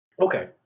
Okay